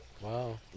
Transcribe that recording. Wow